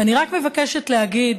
אני רק מבקשת להגיד